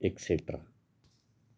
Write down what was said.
etcetera